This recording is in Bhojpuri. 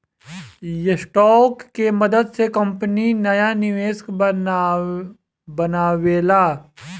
स्टॉक के मदद से कंपनी नाया निवेशक बनावेला